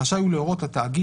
רשאי הוא להורות לתאגיד